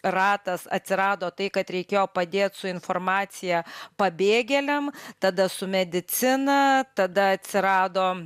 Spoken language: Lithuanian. ratas atsirado tai kad reikėjo padėt su informacija pabėgėliam tada su medicina tada atsirado